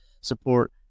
support